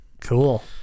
Cool